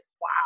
wow